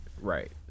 right